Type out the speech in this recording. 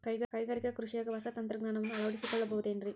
ಕೈಗಾರಿಕಾ ಕೃಷಿಯಾಗ ಹೊಸ ತಂತ್ರಜ್ಞಾನವನ್ನ ಅಳವಡಿಸಿಕೊಳ್ಳಬಹುದೇನ್ರೇ?